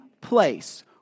place